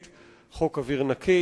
חנין,